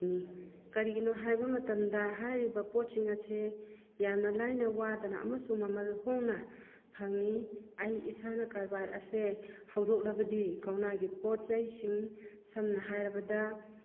ꯅꯤ ꯀꯔꯤꯒꯤꯅꯣ ꯍꯥꯏꯕ ꯃꯇꯝꯗ ꯍꯥꯏꯔꯤꯕ ꯄꯣꯠꯁꯤꯡ ꯑꯁꯦ ꯌꯥꯝꯅ ꯂꯥꯏꯅ ꯋꯥꯗꯅ ꯑꯃꯁꯨꯡ ꯃꯃꯜ ꯍꯣꯡꯅ ꯐꯪꯏ ꯑꯩ ꯏꯁꯥꯅ ꯀꯥꯔꯕꯔ ꯑꯁꯦ ꯍꯧꯗꯣꯛꯂꯕꯗꯤ ꯀꯧꯅꯒꯤ ꯄꯣꯠ ꯆꯩꯁꯤꯡ ꯁꯝꯅ ꯍꯥꯏꯔꯕꯗ